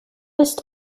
ist